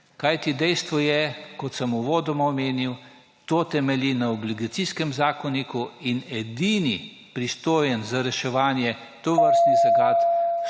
Kajti, dejstvo je, kot sem uvodoma omenil, to temelji na Obligacijskem zakoniku in edini pristojni za reševanje tovrstnih zagat